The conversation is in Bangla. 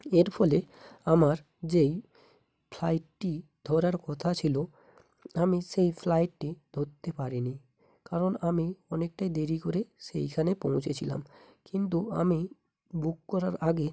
এর ফলে আমার যেই ফ্লাইটটি ধরার কথা ছিলো আমি সেই ফ্লাইটটি ধরতে পারিনি কারণ আমি অনেকটাই দেরি করে সেইখানে পৌঁছেছিলাম কিন্তু আমি বুক করার আগে